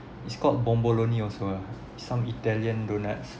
it's called bombolone also uh some italian donuts